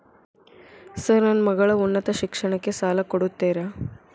Sir ನನ್ನ ಮಗಳ ಉನ್ನತ ಶಿಕ್ಷಣಕ್ಕೆ ಸಾಲ ಕೊಡುತ್ತೇರಾ?